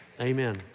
Amen